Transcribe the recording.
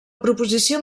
proposició